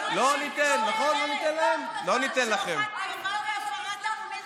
אין לכם שום דבר דמוקרטי.